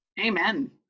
amen